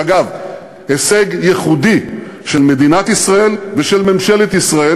אגב, הישג ייחודי של מדינת ישראל ושל ממשלת ישראל.